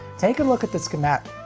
take a look at the so schamat,